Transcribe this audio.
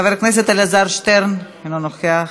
חבר הכנסת אלעזר שטרן, אינו נוכח,